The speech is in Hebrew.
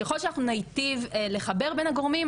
ככל שאנחנו ניטיב לחבר בין הגורמים,